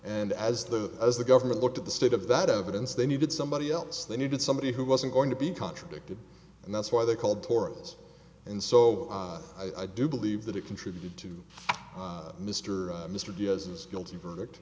and as the as the government looked at the state of that evidence they needed somebody else they needed somebody who wasn't going to be contradicted and that's why they called towards and so i do believe that it contributed to mr mr diaz's guilty verdict